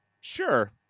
sure